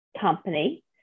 company